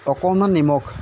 অকণমান নিমখ